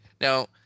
Now